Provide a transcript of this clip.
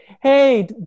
Hey